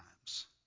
times